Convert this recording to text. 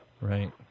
Right